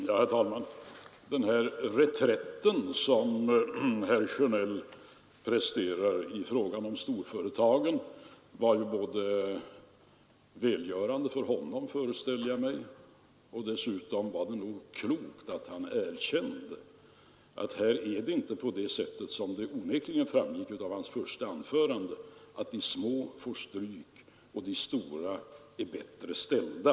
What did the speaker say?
Herr talman! Den reträtt som herr Sjönell presterar i frågan om storföretagen var ju både välgörande för honom, föreställer jag mig, och klok. Han erkände att det inte är på det sättet, som det onekligen framgick av hans första anförande, att de små får stryk och att de stora är bättre ställda.